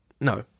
no